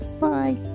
Bye